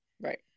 Right